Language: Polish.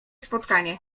spotkanie